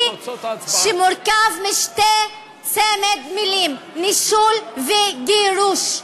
שמורכב מצמד המילים נישול וגירוש.